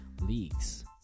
leagues